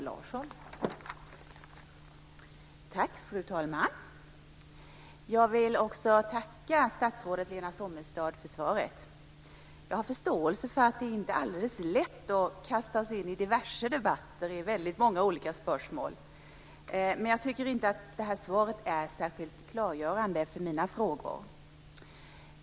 Fru talman! Jag vill tacka statsrådet Lena Sommestad för svaret. Jag har förståelse för att det inte är helt lätt att kastas in i diverse debatter i många olika spörsmål, men jag tycker inte att detta svar är särskilt klargörande på mina frågor.